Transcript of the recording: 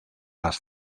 las